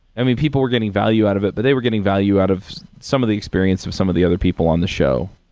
i mean, people were getting value out of it, but they were getting value out of some of the experience with some of the other people on the show.